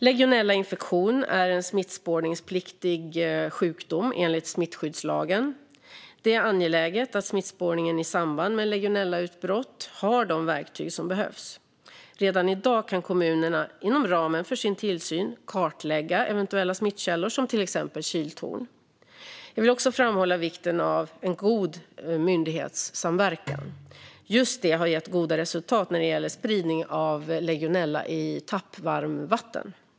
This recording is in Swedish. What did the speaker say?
Legionellainfektion är en smittspårningspliktig sjukdom enligt smittskyddslagen. Det är angeläget att smittspårningen i samband med legionellautbrott har de verktyg som behövs. Redan i dag kan kommunerna inom ramen för sin tillsyn kartlägga eventuella smittkällor, som till exempel kyltorn. Jag vill också framhålla vikten av en god myndighetssamverkan. Just detta har gett goda resultat när det gäller att motverka spridning av legionella i tappvarmvatten.